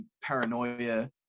paranoia